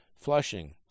Flushing